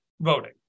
voting